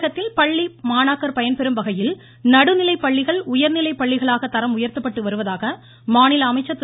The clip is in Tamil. தமிழகத்தில் பள்ளி மாணாக்கர் பயன்பெறும்வகையில் கூடுதல் நடுநிலைப் பள்ளிகள் உயர்நிலைப்பள்ளிகளாக தரம் உயர்த்தப்பட்டு வருவதாக மாநில அமைச்சர் திரு